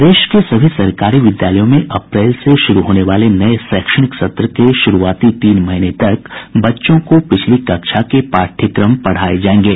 प्रदेश के सभी सरकारी विद्यालयों में अप्रैल से शुरू होने वाले नये शैक्षणिक सत्र के शुरूआती तीन महीने तक बच्चों को पिछली कक्षा के पाठ्यक्रम पढ़ाये जायेंगे